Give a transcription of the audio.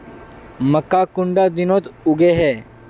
मक्का कुंडा दिनोत उगैहे?